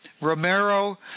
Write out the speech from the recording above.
Romero